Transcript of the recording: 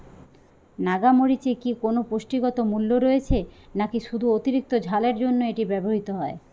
নাগা মরিচে কি কোনো পুষ্টিগত মূল্য রয়েছে নাকি শুধু অতিরিক্ত ঝালের জন্য এটি ব্যবহৃত হয়?